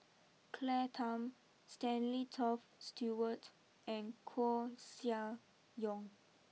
Claire Tham Stanley Toft Stewart and Koeh Sia Yong